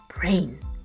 brain